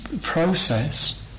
process